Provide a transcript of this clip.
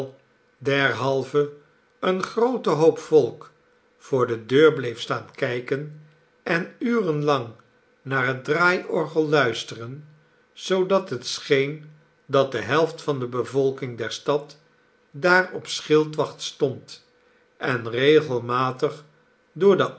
derhalve een groote hoop volk voor de deur bleef staan kijken en uren lang naar het draaiorgel luisteren zoodat het scheen dat de helft van de bevolking der stad daar op schildwacht stond en regelmatig door de